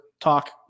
talk